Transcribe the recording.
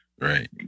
Right